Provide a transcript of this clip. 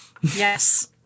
Yes